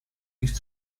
used